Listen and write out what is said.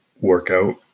workout